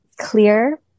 clear